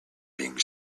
being